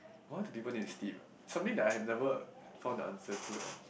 why do people need to sleep ah something that I have never found an answer to and